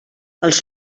els